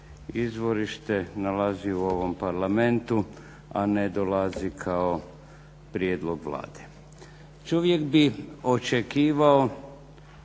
izvorište nalazi u ovom Parlamentu, a ne dolazi kao prijedlog Vlade. Čovjek bi očekivao